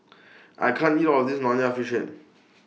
I can't eat All of This Nonya Fish Head